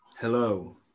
Hello